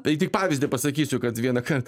tai tik pavyzdį pasakysiu kad vieną kart